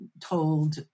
told